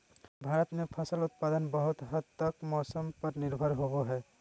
भारत में फसल उत्पादन बहुत हद तक मौसम पर निर्भर होबो हइ